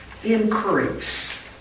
increase